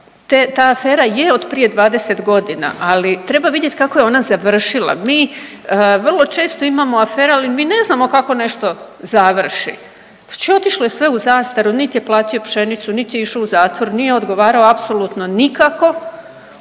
ta afera je od prije 20 godina, ali treba vidjeti kako je ona završila. Mi vrlo često imamo afere, ali mi ne znamo kako nešto završi. Znači otišlo je sve u zastaru, nit je platio pšenicu nit je išao u zatvor, nije odgovarao apsolutno nikako,